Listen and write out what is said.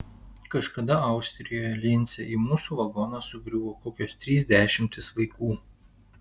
kažkada austrijoje lince į mūsų vagoną sugriuvo kokios trys dešimtys vaikų